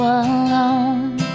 alone